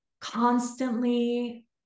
constantly